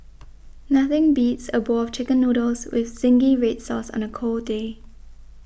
nothing beats a bowl of Chicken Noodles with Zingy Red Sauce on a cold day